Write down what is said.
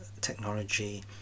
technology